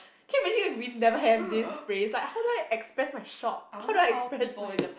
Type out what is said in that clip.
can you imagine if we never have this phrase like how do I express my shock how do I express my